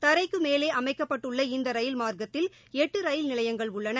தரைக்கு மேலே அமைக்கப்பட்டுள்ள இந்த ரயில் மார்க்கத்தில் எட்டு ரயில் நிலையங்கள் உள்ளன